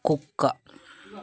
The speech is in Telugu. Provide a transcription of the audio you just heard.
కుక్క